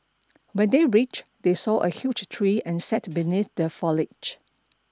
when they reached they saw a huge tree and sat beneath the foliage